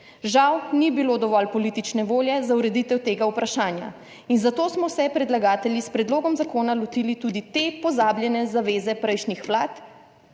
Žal ni bilo dovolj politične volje za ureditev tega vprašanja in zato smo se predlagatelji s predlogom zakona lotili tudi te pozabljene zaveze prejšnjih vlad,